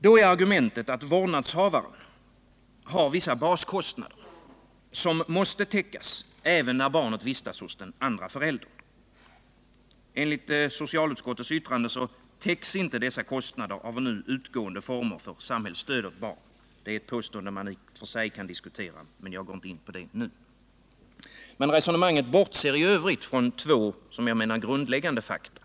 Då är argumentet att vårdnadshavaren har vissa baskostnader som måste täckas även när barnet vistas hos andra föräldern. Enligt socialutskottet täcks inte dessa kostnader av nu utgående former för samhällstöd åt barn — ett påstående man i och för sig kan diskutera, men jag går inte nu in därpå. Detta resonemang bortser från två grundläggande fakta.